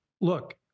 look